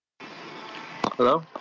Hello